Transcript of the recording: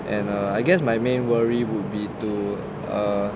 and uh I guess my main worry would be to err